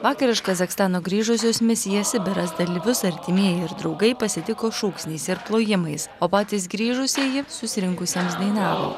vakar iš kazachstano grįžusius misija sibiras dalyvius artimieji ir draugai pasitiko šūksniais ir plojimais o patys grįžusieji susirinkusiems dainavo